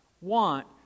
want